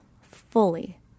fully